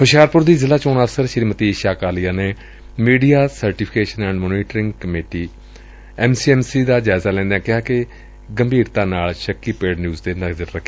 ਹੁਸ਼ਿਆਰਪੁਰ ਦੀ ਜ਼ਿਲ੍ਹਾ ਚੋਣ ਅਫ਼ਸਰ ਸ਼ੀਮਤੀ ਈਸ਼ਾ ਕਾਲੀਆ ਨੇ ਅੱਜ media certification and monitoring committee ਦਾ ਜਾਇਜ਼ਾ ਲੈਂਦਿਆਂ ਕਿਹਾ ਕਿ ਗੰਭੀਰਤਾ ਨਾਲ ਸ਼ੱਕੀ ਪੇਡ ਨਿਊਜ਼ ਤੇ ਨਜ਼ਰ ਰੱਖੀ ਜਾਵੇ